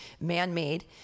man-made